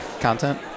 content